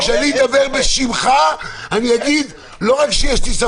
ואני לא רוצה להוציא את אנחנו יכולים